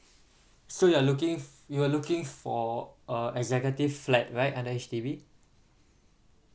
so you're looking f~ you're looking for a executive flat right under H_D_B